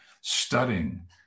studying